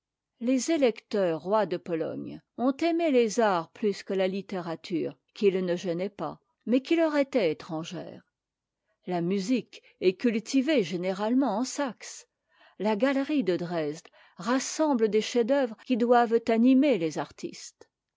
les électeurs rois de pologne ont aimé les arts plus que la littérature qu'ils ne gênaient pas mais qui leur était étrangère la musique est cultivée généralement en saxe la galerie de dresde rassemble des chefs-d'œuvre qui doivent animer les artistes